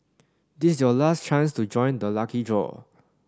this is your last chance to join the lucky draw